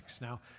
Now